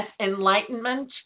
enlightenment